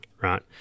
right